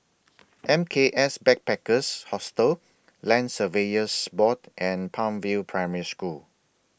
M K S Backpackers Hostel Land Surveyors Board and Palm View Primary School